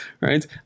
right